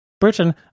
Britain